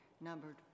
numbered